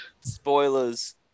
spoilers